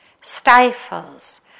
stifles